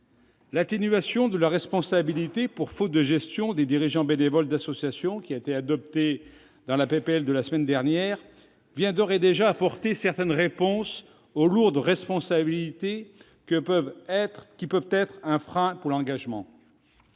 L'atténuation de la responsabilité pour faute de gestion des dirigeants bénévoles d'association qui a été adoptée dans le cadre de la proposition de loi de la semaine dernière apporte d'ores et déjà certaines réponses aux lourdes responsabilités qui peuvent être un frein pour l'engagement.